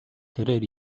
тэрээр